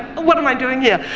what am i doing yeah